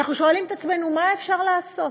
אנחנו שואלים את עצמנו: מה אפשר לעשות?